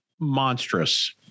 monstrous